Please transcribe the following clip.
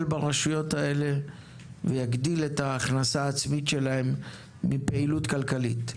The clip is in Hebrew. ברשויות האלה; ויגדיל את ההכנסה העצמית שלהן מפעילות כלכלית.